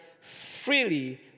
freely